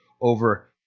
over